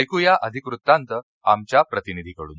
ऐकुया अधिक वृत्तांत आमच्या प्रतिनिधीकडून